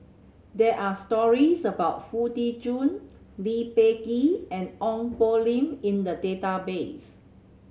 there are stories about Foo Tee Jun Lee Peh Gee and Ong Poh Lim in the database